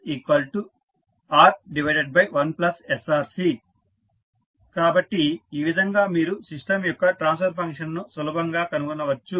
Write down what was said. HQiR1sRC కాబట్టి ఈ విధంగా మీరు సిస్టం యొక్క ట్రాన్స్ఫర్ ఫంక్షన్ను సులభంగా కనుగొనవచ్చు